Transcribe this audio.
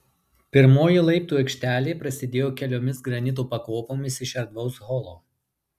pirmoji laiptų aikštelė prasidėjo keliomis granito pakopomis iš erdvaus holo